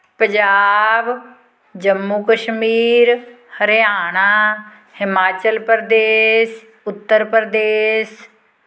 Punjab Jammu Kashmir Haryana Himachal Pradesh Uttar Pradesh